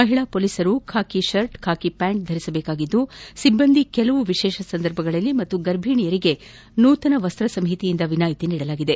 ಮಹಿಳಾ ಷೋಲಿಸರು ಖಾಕಿ ಶರ್ಟ್ ಖಾಕಿ ಪ್ನಾಂಟ್ ಧರಿಸ ಬೇಕಾಗಿದ್ದು ಸಿಬ್ಬಂದಿ ಕೆಲ ವಿಶೇಷ ಸಂಧರ್ಭಗಳಲ್ಲಿ ಹಾಗೂ ಗರ್ಭಿಣಿಯರಿಗೆ ನೂತನ ವಸ್ನ ಸಂಹಿತೆಯಿಂದ ವಿನಾಯಿತಿ ನೀಡಲಾಗಿದೆ